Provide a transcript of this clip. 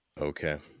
okay